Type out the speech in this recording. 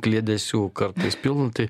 kliedesių kartais pilna tai